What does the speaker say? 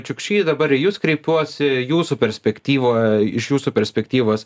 čiukšy dabar jus kreipiuosi jūsų perspektyvoj iš jūsų perspektyvos